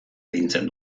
arintzen